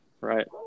Right